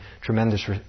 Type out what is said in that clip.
tremendous